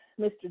Mr